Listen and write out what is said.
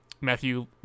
Matthew